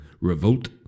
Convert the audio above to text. revolt